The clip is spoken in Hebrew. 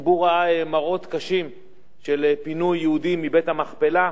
הציבור ראה מראות קשים של פינוי יהודים מבית-המכפלה,